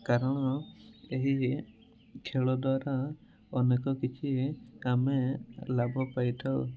କାରଣ ଏହି ଖେଳ ଦ୍ଵାରା ଅନେକ କିଛି ଆମେ ଲାଭ ପାଇଥାଉ